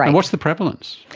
and what's the prevalence?